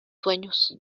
sueños